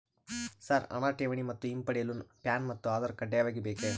Sir ಹಣ ಠೇವಣಿ ಮತ್ತು ಹಿಂಪಡೆಯಲು ಪ್ಯಾನ್ ಮತ್ತು ಆಧಾರ್ ಕಡ್ಡಾಯವಾಗಿ ಬೇಕೆ?